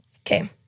Okay